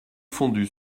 fondue